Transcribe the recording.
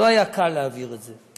לא היה קל להעביר את זה.